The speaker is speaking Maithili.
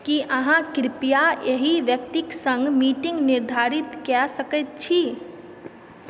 की अहाँ कृपया एहि व्यक्तिक सँग मीटिङ्ग निर्धारित कए सकैत छी